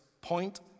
point